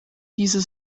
diese